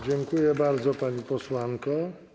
Dziękuję bardzo, pani posłanko.